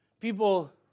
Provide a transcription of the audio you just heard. people